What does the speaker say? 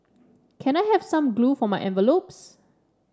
can I have some glue for my envelopes